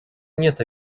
нет